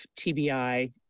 TBI